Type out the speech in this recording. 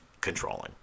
controlling